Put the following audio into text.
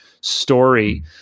Story